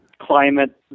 climate